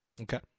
Okay